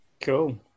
cool